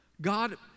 God